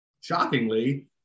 shockingly